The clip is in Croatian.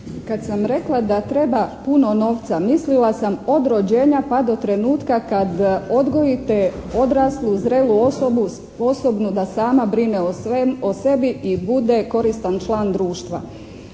Kad sam rekla da treba puno novca mislila sam od rođenja pa do trenutka kad odgojite odraslu zrelu osobu da sama brine o sebi i bude koristan član društva.